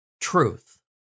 truth